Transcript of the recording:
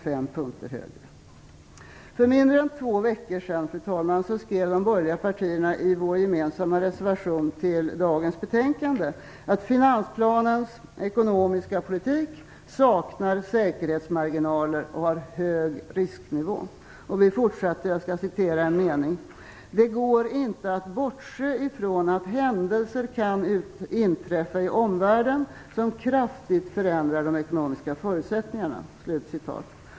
För mindre än två veckor sedan, fru talman, skrev de borgerliga partierna i den gemensamma reservationen till dagens betänkande att finansplanens ekonomiska politik saknar säkerhetsmarginaler och har hög risknivå. Vi fortsatte: "Det går inte att bortse ifrån att händelser kan inträffa i omvärlden som kraftigt förändrar de ekonomiska förutsättningarna".